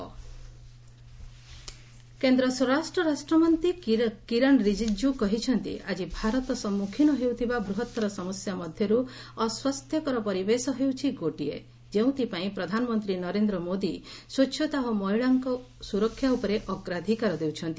କିରଣ୍ ରିଜିଜ୍ନ କେନ୍ଦ୍ର ସ୍ୱରାଷ୍ଟ୍ର ରାଷ୍ଟ୍ରମନ୍ତ୍ରୀ କିରଣ୍ ରିଜିଜୁ କହିଛନ୍ତି ଆଜି ଭାରତ ସମ୍ମୁଖୀନ ହେଉଥିବା ବୃହତ୍ତର ସମସ୍ୟା ମଧ୍ୟରୁ ଅସ୍ୱାସ୍ଥ୍ୟକର ପରିବେଶ ହେଉଛି ଗୋଟିଏ ଯେଉଁଥିପାଇଁ ପ୍ରଧାନମନ୍ତ୍ରୀ ନରେନ୍ଦ୍ର ମୋଦି ସ୍ୱଚ୍ଚତା ଓ ମହିଳାଙ୍କ ସୁରକ୍ଷା ଉପରେ ଅଗ୍ରାଧିକାର ଦେଉଛନ୍ତି